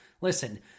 Listen